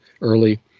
early